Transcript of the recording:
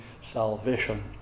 salvation